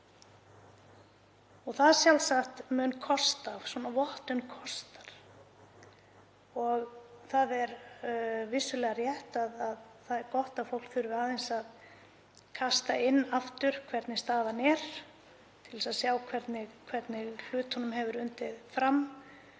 Það mun sjálfsagt kosta, svona vottun kostar, og það er vissulega rétt að það er gott að fólk þurfi aðeins að kasta því inn aftur hvernig staðan er til að sjá hvernig hlutunum hefur undið fram.